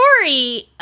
story